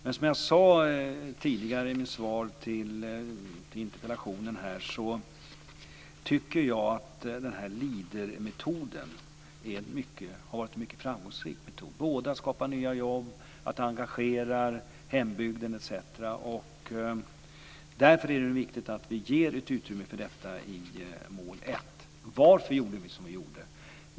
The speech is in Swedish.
Men som jag sade tidigare i svaret på interpellationen tycker jag att Leadermetoden har varit en mycket framgångsrik metod när det gällt att skapa nya jobb, att engagera hembygden etc. Därför är det viktigt att vi ger utrymme för detta i mål 1. Varför gjorde vi som vi gjorde?